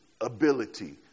ability